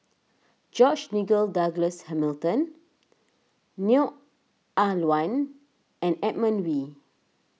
George Nigel Douglas Hamilton Neo Ah Luan and Edmund Wee